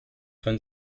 von